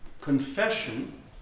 confession